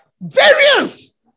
variance